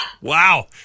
Wow